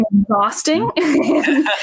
exhausting